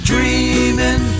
Dreaming